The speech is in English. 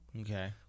Okay